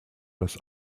das